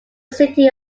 city